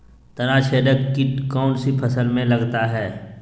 तनाछेदक किट कौन सी फसल में लगता है?